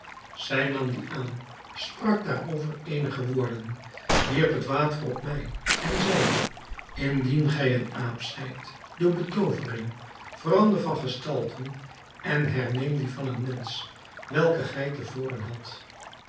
zij nam die aan sprak daarover eenige woorden wierp het water op mij en zeide indien gij een aap zijt door betoovering verander van gestalte en herneem die van een mensch welke gij te voren had